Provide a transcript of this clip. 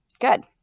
Good